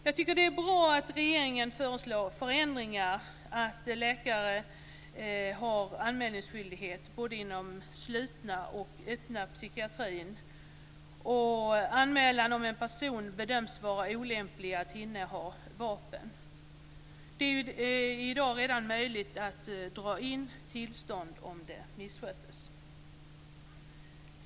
Jag tycker att det är bra att regeringen föreslår förändringar som att läkare ska ha anmälningsskyldighet både inom den slutna och den öppna psykiatrin och skyldighet att anmäla om en person bedöms vara olämplig att inneha vapen. Det är redan i dag möjligt att dra in tillstånd om det missköts.